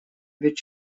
ведь